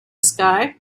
sky